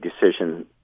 decision